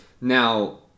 Now